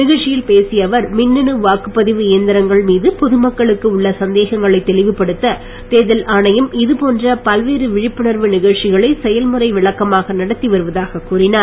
நிகழ்ச்சியில் பேசிய அவர் மின்னணு வாக்குப்பதிவு இயந்திரங்கள் மீது பொதுமக்களுக்கு உள்ள சந்தேகங்களைத் தெளிவுபடுத்த தேர்தல் ஆணையம் இதுபோன்ற பல்வேறு விழிப்புணர்வு நிகழ்ச்சிகளை செயல்முறை விளக்கமான நடத்திவருவதாகக் கூறினார்